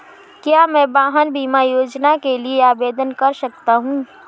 क्या मैं वाहन बीमा योजना के लिए आवेदन कर सकता हूँ?